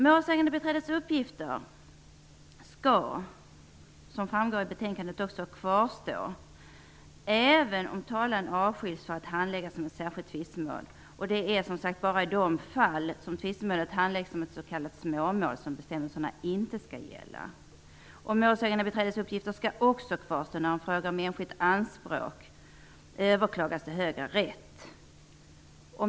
Målsägandebiträdets uppgifter skall, som framgår av betänkandet, kvarstå även om talan avskiljs för att handläggas som ett särskilt tvistemål. Det är bara i de fall som tvistemålet handläggs som ett s.k. småmål som bestämmelserna inte skall gälla. Målsägandebiträdets uppgifter skall också kvarstå när en fråga om enskilt anspråk överklagas till högre rätt.